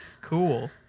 Cool